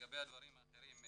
לגבי הדברים האחרים,